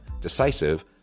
decisive